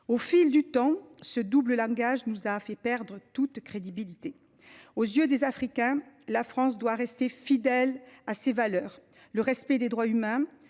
Au fil du temps, ce double langage nous a fait perdre toute crédibilité. Aux yeux des Africains, la France doit rester fidèle à ses valeurs : le respect des droits humains,